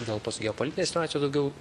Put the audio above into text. dėl tos geopolitinės situacijos daugiau